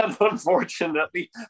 unfortunately